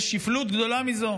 יש שפלות גדולה מזו?